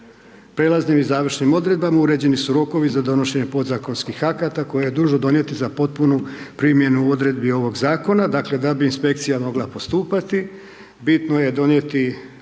Prijelaznim i završnim odredbama uređeni su rokovi za donošenje podzakonskih akata koji je dužno donijeti za potpunu primjenu odredbi ovoga zakona dakle bi inspekcija mogla postupati, bitno je donijeti